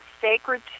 Sacred